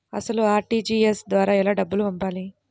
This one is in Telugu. అసలు అర్.టీ.జీ.ఎస్ ద్వారా ఎలా డబ్బులు పంపాలి?